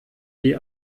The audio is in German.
die